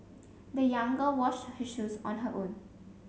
the young girl washed her shoes on her own